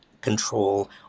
control